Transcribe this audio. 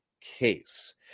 case